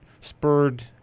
spurred